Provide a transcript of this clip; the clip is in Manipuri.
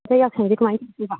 ꯑꯗꯨ ꯋꯥꯈꯜꯗꯨꯗꯤ ꯀꯃꯥꯏꯅ ꯇꯧꯗꯣꯏꯕ